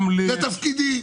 זה תפקידי.